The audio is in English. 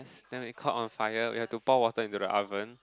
then it caught on fire then we have to pour water into the oven